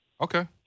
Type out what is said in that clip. Okay